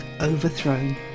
Overthrown